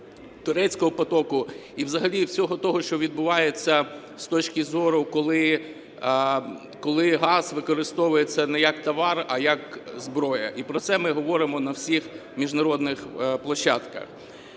турецького потоку і взагалі всього того, що відбувається з точки з зору, коли газ використовується не як товар, а як зброя, і про це ми говоримо на всіх міжнародних площадках.